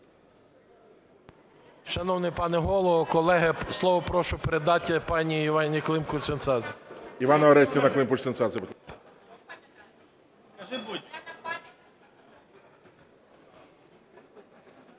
Шановний пане Голово, колеги, слово прошу передати пані Іванні Климпуш-Цинцадзе.